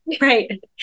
right